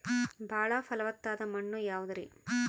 ಬಾಳ ಫಲವತ್ತಾದ ಮಣ್ಣು ಯಾವುದರಿ?